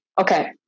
okay